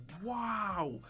Wow